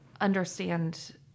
understand